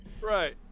Right